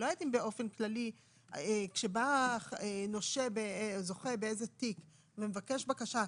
באופן כללי כשבא זוכה באיזה תיק ומבקש בקשה,